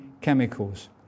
chemicals